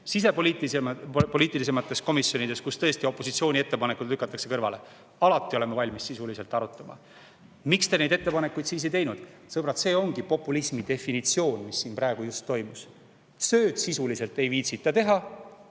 sisepoliitilisemas komisjonis, kus tõesti opositsiooni ettepanekud lükatakse kõrvale. Meie oleme alati valmis sisuliselt arutama. Miks te neid ettepanekuid siis ei teinud? Sõbrad, see ongi populism, mis siin just praegu toimus. Tööd sisuliselt ei viitsita teha,